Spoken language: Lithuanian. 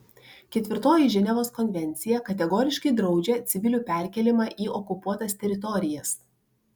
ketvirtoji ženevos konvencija kategoriškai draudžia civilių perkėlimą į okupuotas teritorijas